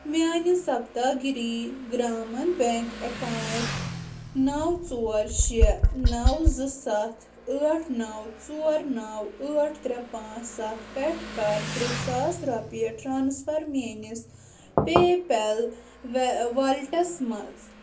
میانہِ Saptagiri Grameen bank account نَو ژور شےٚ نَو زٕ سَتھ ٲٹھ نَو ژور نَو ٲٹھ ترٛےٚ پانٛژھ سَتھ پٮ۪ٹھ کر ترٕہ ساس رۄپیہِ transfer means PayPal wallets مَنٛز